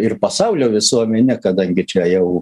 ir pasaulio visuomenė kadangi čia jau